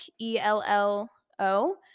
E-L-L-O